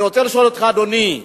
אני רוצה לשאול אותך, אדוני: